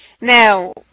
Now